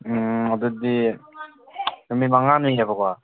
ꯎꯝ ꯎꯝ ꯑꯗꯨꯗꯤ ꯅꯨꯃꯤꯠ ꯃꯉꯥꯅꯤꯅꯦꯕꯀꯣ